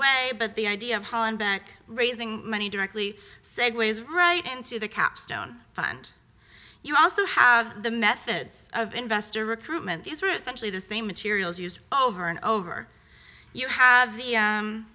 way but the idea of hollenbeck raising money directly segues right into the capstone fund you also have the methods of investor recruitment these groups actually the same materials used over and over you have the